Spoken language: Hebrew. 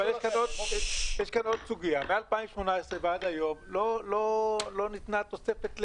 אבל יש כאן עוד סוגייה: מ-2018 ועד היום לא ניתנה תוספת למכסות,